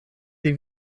sie